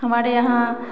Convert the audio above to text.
हमारे यहाँ